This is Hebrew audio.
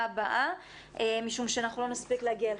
הבאה משום שאנחנו לא נספיק להגיע אליכם.